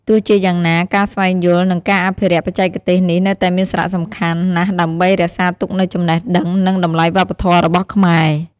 ទោះជាយ៉ាងណា ការស្វែងយល់ និងការអភិរក្សបច្ចេកទេសនេះនៅតែមានសារៈសំខាន់ ណាស់ដើម្បី រក្សាទុកនូវចំណេះដឹង និងតម្លៃវប្បធម៌របស់ខ្មែរ។